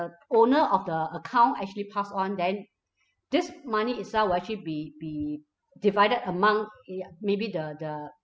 the owner of the account actually pass on then this money itself will actually be be divided among ya maybe the the